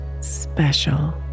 special